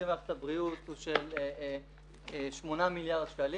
מערכת הבריאות הוא של 8 מיליארד שקלים.